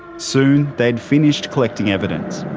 soon, they'd finished collecting evidence.